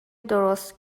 درست